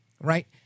right